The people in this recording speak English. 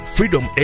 Freedom